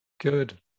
Good